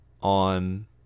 On